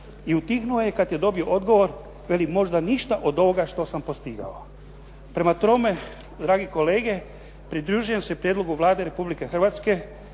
I utihnuo je kada je dobio odgovor, veli možda ništa od ovoga što sam postigao. Prema tome, dragi kolege, pridružujem se prijedlogu Vlade Republike Hrvatske